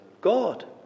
God